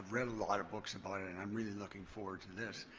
read a lot of books about it, and i'm really looking forward to this.